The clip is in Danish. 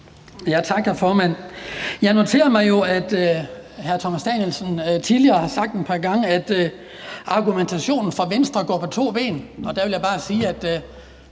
Jeg noterer mig jo, at hr. Thomas Danielsen tidligere har sagt et par gange, at argumentationen fra Venstre går på to ben.